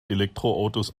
elektroautos